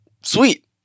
sweet